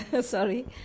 Sorry